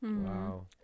Wow